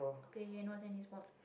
okay here no tennis balls